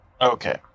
Okay